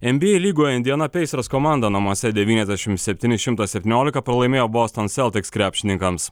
en by ei lygoje indiana peisers komanda namuose devyniasdešim septyni šimtas septyniolika pralaimėjo boston seltiks krepšininkams